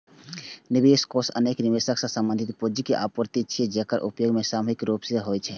निवेश कोष अनेक निवेशक सं संबंधित पूंजीक आपूर्ति छियै, जेकर उपयोग सामूहिक रूप सं होइ छै